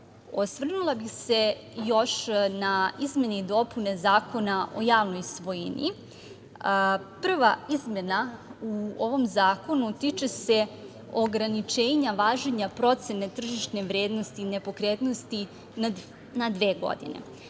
Osvrnula bih se još na izmene i dopune Zakona o javnoj svojini. Prva izmena u ovom zakonu tiče se ograničenja važenja procene tržišne vrednosti nepokretnosti na dve godine,